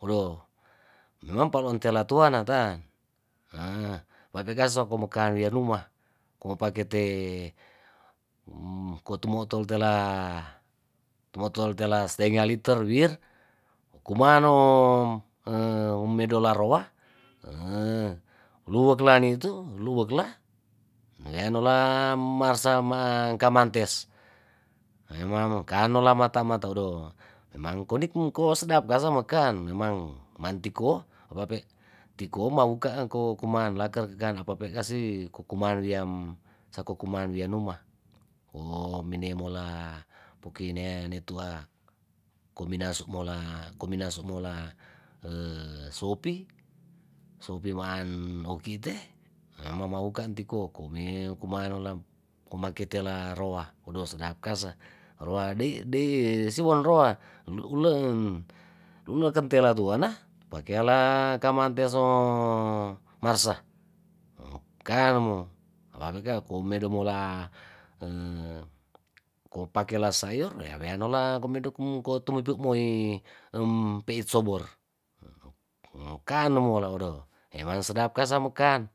odoh memang palontelatua natan mapekaso mopea kere ka rianuma mopakete ko' tumotol tela tumotol tela stenga liter wir kumaa no'o medola roa luwekla nitu luwekla yanola marsa ma marsa maangkamantes memang kaanolamantata odoh emamng konik ko sedap kasa mekan memang mantik ko tiko maungka angko kumaan laker kekaan apape kasi kokumariam sakokuma rianuma oominiamula pukine niatua komina summola komina sumola sopi sopimaan hokite he mamauka antiko kowe kumanolamu maketela roa odo sadap kase roa dei dei siwano roa uleuleen nekentela tuana pakela kamante so marse kaanmo medomo mola kopakela sayor yawenanola komedok ko tumodok moi peit sobor kanomola odoh eman sedap kasamekan.